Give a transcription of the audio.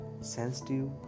sensitive